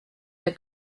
der